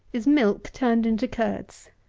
is milk turned into curds.